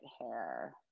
hair